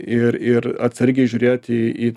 ir ir atsargiai žiūrėt į